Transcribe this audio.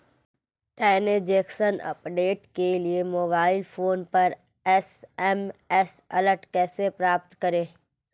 Transaction update के लिए mobile phone पर एस.एम.एस अलर्ट कैसे प्राप्त करें?